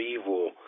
evil